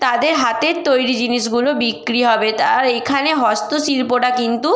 তাদের হাতের তৈরি জিনিসগুলো বিক্রি হবে তা এখানে হস্তশিল্পটা কিন্তু